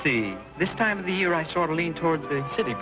see this time of the year i sort of lean towards big city